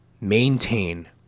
maintain